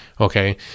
Okay